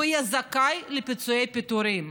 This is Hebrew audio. הוא יהיה זכאי לפיצויי פיטורים.